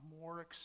more